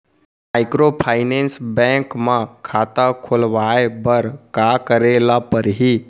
Microfinance bank म खाता खोलवाय बर का करे ल परही?